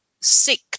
sick